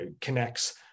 connects